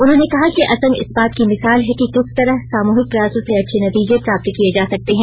उन्होंने कहा कि असम इस बात की मिसाल है कि किस तरह सामूहिक प्रयासों से अच्छे नतीजे प्राप्त किए जा सकते हैं